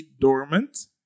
dormant